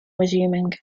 resuming